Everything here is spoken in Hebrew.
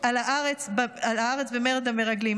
על הארץ במרד המרגלים.